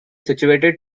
situated